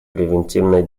превентивной